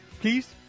Please